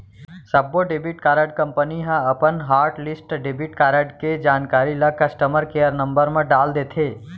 सब्बो debit card company ह अपन हॉटलिस्ट डेबिट कारड के जानकारी ल कस्टमर केयर नंबर म डाल देथे